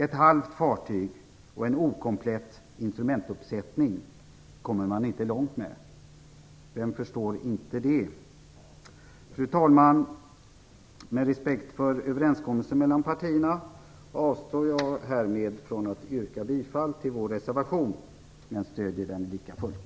Ett halvt fartyg och en inkomplett instrumentuppsättning kommer man inte långt med. Vem förstår inte det? Fru talman! Av respekt för överenskommelsen mellan partierna avstår jag härmed från att yrka bifall till vår reservation men stödjer den likafullt.